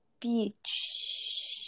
beach